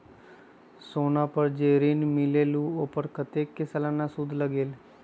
सोना पर जे ऋन मिलेलु ओपर कतेक के सालाना सुद लगेल?